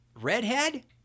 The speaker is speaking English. redhead